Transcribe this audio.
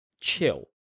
chill